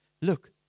Look